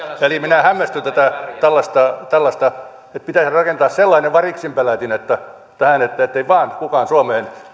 eli minä hämmästyn tätä tällaista tällaista että pitäisi rakentaa sellainen variksenpelätin tähän että ei vaan kukaan suomeen